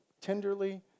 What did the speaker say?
tenderly